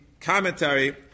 commentary